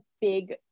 big